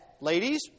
ladies